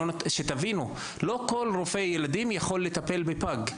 לא כל רופא ילדים יכול לטפל בפג.